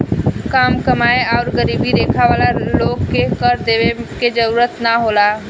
काम कमाएं आउर गरीबी रेखा वाला लोग के कर देवे के जरूरत ना होला